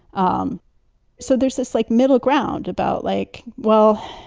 um so there's this like middleground about like, well,